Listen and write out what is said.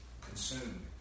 consumed